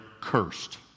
cursed